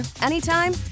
anytime